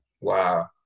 Wow